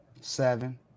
Seven